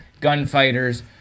Gunfighters